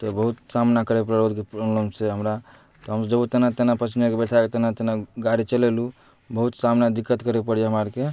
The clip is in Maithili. तऽ बहुत सामना करऽ पड़ल रोडके प्रोब्लम से हमरा तऽ हम सब ओतना ओतना पेसेंजरके बैसा ओतना ओतना गाड़ी चलेलहुँ बहुत सामना दिक्कत करै प पड़ैया हमरा आरके